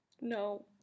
No